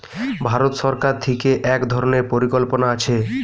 ভারত সরকার থিকে এক ধরণের পরিকল্পনা আছে